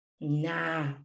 nah